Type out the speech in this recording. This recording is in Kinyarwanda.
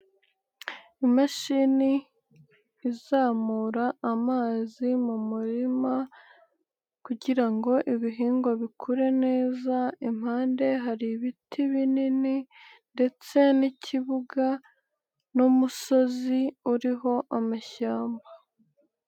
Imashini izamura amazi mu murima kugirango ibihingwa bikure neza, impande hari ibiti binini ndetse n'ikibuga n'umusozi uriho amashyamba.